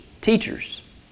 teachers